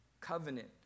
covenant